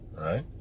right